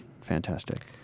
fantastic